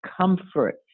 comfort